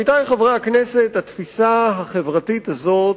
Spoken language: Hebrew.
עמיתי חברי הכנסת, התפיסה החברתית הזאת,